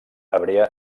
hebrea